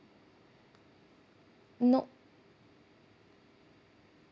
nope